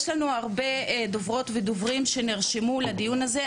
יש לנו הרבה דוברות ודוברים שנרשמו לדיון הזה,